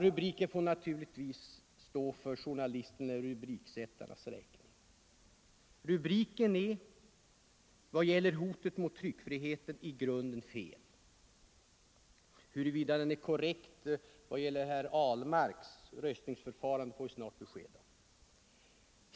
Rubriken får naturligtvis stå för journalistens eller rubriksättarens räkning, men den är i vad gäller hotet mot tryckfriheten i grunden fel. Huruvida den är korrekt i vad gäller herr Ahlmarks röstningsförfarande får vi snart besked om.